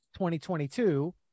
2022